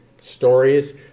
stories